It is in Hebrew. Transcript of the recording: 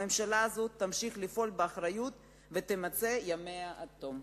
הממשלה הזאת תמשיך לפעול באחריות ותמצה ימיה עד תום.